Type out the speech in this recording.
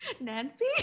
Nancy